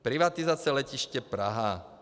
Privatizace Letiště Praha.